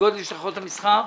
מאיגוד לשכות המסחר.